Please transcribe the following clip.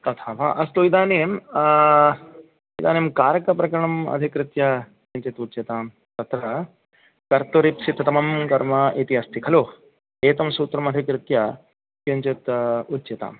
तथा वा अस्तु इदानीम् इदानीं कारकप्रकरणम् अधिकृत्य किञ्चित् उच्यतां तत्र कर्तुरीप्सितमं कर्म इति अस्ति खलु एतं सूत्रम् अधिकृत्य किञ्चित् उच्यताम्